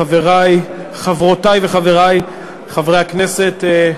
חברותי וחברי חברי הכנסת,